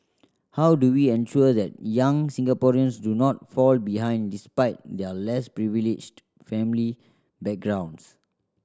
how do we ensure that young Singaporeans do not fall behind despite their less privileged family backgrounds